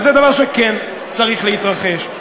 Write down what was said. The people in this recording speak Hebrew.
וזה דבר שכן צריך להתרחש.